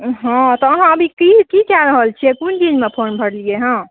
हँ तऽ अहॉँ अभी की की कए रहल छियै कोन चिजमे फॉर्म भरलियै